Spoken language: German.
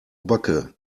backe